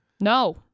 No